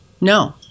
No